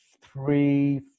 three